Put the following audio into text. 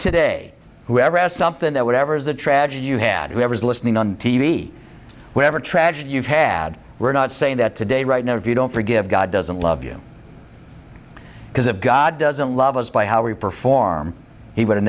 today whoever has something that whatever is a tragedy you had whoever's listening on t v whatever tragedy you've had we're not saying that today right now if you don't forgive god doesn't love you because if god doesn't love us by how we perform he would've